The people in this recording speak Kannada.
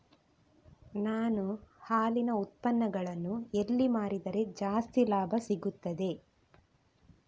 ನಾನು ಹಾಲಿನ ಉತ್ಪನ್ನಗಳನ್ನು ಎಲ್ಲಿ ಮಾರಿದರೆ ಜಾಸ್ತಿ ಲಾಭ ಸಿಗುತ್ತದೆ?